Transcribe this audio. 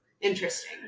Interesting